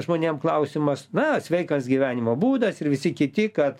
žmonėm klausimas na sveikas gyvenimo būdas ir visi kiti kad